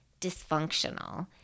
dysfunctional